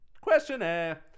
Questionnaire